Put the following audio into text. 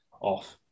off